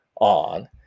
on